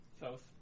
South